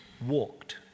walked